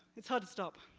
it's hard to stop.